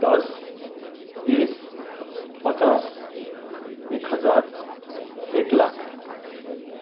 दस बिस पचास एक हजार एक लाख